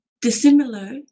dissimilar